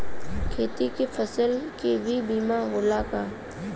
खेत के फसल के भी बीमा होला का?